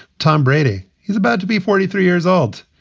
tom brady. he's about to be forty three years old.